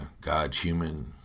god-human